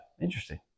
Interesting